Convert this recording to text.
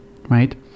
right